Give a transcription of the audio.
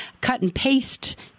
cut-and-paste